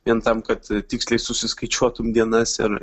vien tam kad tiksliai susiskaičiuotum dienas ir